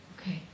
Okay